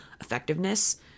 effectiveness